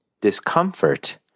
Discomfort